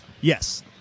Yes